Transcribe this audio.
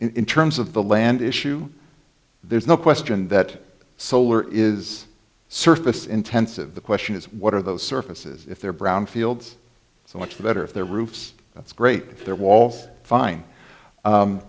in terms of the land issue there's no question that solar is surface intensive the question is what are those surfaces if they're brown fields so much better if they're roofs that's great if they're walls fine